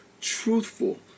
truthful